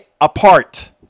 apart